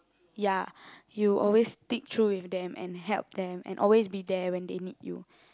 ya you always stick through with them and help them and always be there when they need you